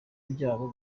byabo